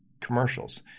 commercials